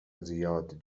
زیاد